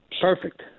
Perfect